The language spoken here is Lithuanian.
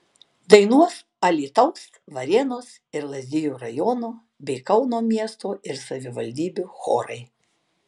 dainuos alytaus varėnos ir lazdijų rajonų bei kauno miesto ir savivaldybių chorai